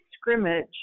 scrimmage